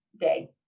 day